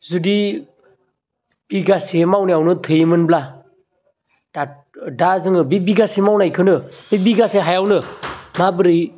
जुदि बिगासे मावनायावनो थोयोमोनब्ला दा जोङो बे बिगासे मावनायखोनो बे बिगासे हायावनो माबोरै